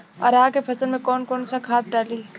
अरहा के फसल में कौन कौनसा खाद डाली?